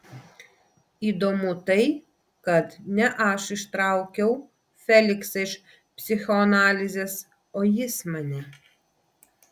įdomu tai kad ne aš ištraukiau feliksą iš psichoanalizės o jis mane